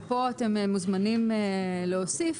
ופה אתם מוזמנים להוסיף,